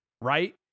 right